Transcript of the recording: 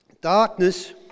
Darkness